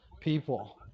people